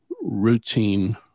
routine